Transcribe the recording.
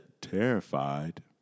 terrified